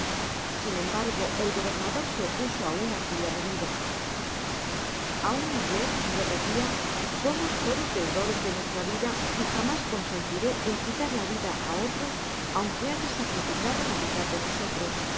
sin embargo el gobernador seopaso auná aquella medida a ua inglés repetia somos todos deudores de nuestra vida y jamás cen sentire en quitar la vida á otro aunque haya sacrificado la mitad de nosotros y